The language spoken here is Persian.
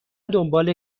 دنبال